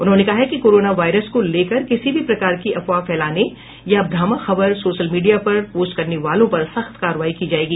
उन्होंने कहा है कि कोरोना वायरस को लेकर किसी भी प्रकार की अफवाह फैलाने वाले या भ्रामक खबर सोशल मीडिया पर पोस्ट करने वालों पर सख्त करवाई की जाएगी